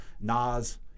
Nas